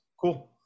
cool